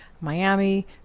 miami